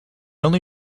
only